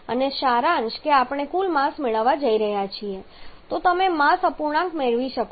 અને સારાંશ કે આપણે કુલ માસ મેળવવા જઈ રહ્યા છીએ તો તમે માસ અપૂર્ણાંક મેળવી શકો છો